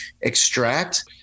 extract